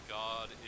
god